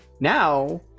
Now